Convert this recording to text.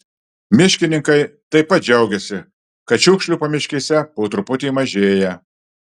miškininkai taip pat džiaugiasi kad šiukšlių pamiškėse po truputį mažėja